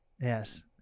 Yes